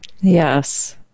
Yes